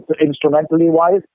instrumentally-wise